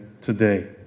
today